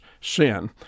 sin